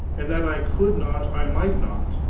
and that i could not i might not,